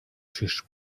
czyż